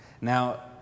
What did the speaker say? Now